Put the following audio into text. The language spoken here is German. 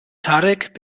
tarek